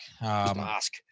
ask